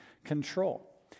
Control